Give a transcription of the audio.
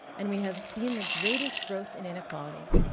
and we have seen the greatest growth in inequality.